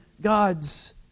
God's